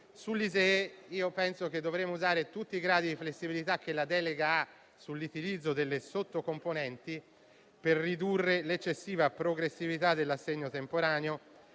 Sull'ISEE penso che dovremmo usare tutti i gradi di flessibilità che la legge delega contiene sull'impiego delle sottocomponenti, per ridurre l'eccessiva progressività dell'assegno temporaneo,